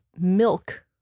milk